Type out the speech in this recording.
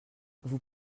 vous